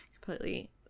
completely